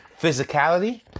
physicality